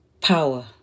power